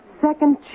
Second